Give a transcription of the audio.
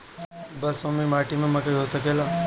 बलसूमी माटी में मकई हो सकेला?